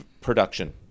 production